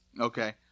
Okay